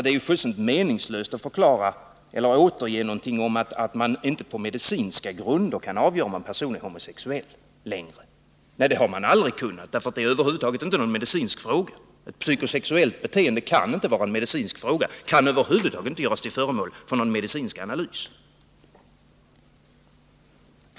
Det är ju fullständigt meningslöst att återge en förklaring att man inte längre på medicinska grunder kan avgöra om en person är homosexuell. Nej, det har man aldrig kunnat, för det är över huvud taget inte någon medicinsk fråga. Ett psykosexuellt beteende kan inte vara en medicinsk fråga, kan över huvud taget inte göras till föremål för någon medicinsk analys.